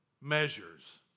measures